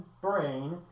brain